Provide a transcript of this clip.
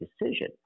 decision